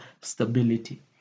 stability